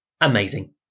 amazing